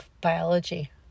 biology